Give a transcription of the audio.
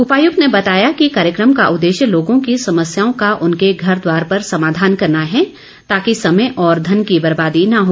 उपायुक्त ने बताया कि कार्यक्रम का उददेश्य लोगों की समस्याओं का उनके घर द्वार पर समाधान करना है ताकि समय और धन की बर्बादी न हो